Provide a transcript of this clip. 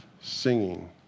singing